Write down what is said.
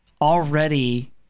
already